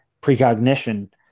precognition